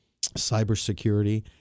cybersecurity